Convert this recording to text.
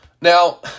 Now